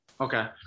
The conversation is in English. Okay